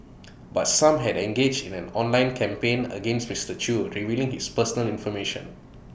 but some have engaged in an online campaign against Mister chew revealing his personal information